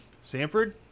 Sanford